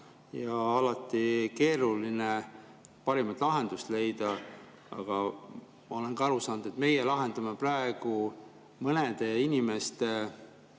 ja alati on keeruline parimat lahendust leida, aga ma olen aru saanud, et meie lahendame praegu mõnede inimeste